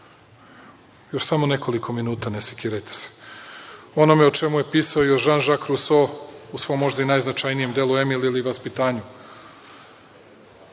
Još samo nekoliko minuta, ne sekirajte se. Onome o čemu je pisao i Žan Žak Ruso u svom možda i najznačajnijem delu „Emili“ ili „Vaspitanju“.